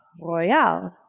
royal